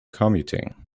commuting